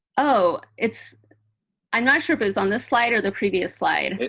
oh, it's i'm not sure if it's on this slide or the previous slide.